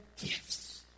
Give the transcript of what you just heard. gifts